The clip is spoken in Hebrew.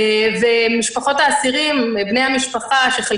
משפחות האסירים, כשחלק